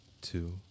two